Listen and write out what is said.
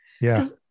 Yes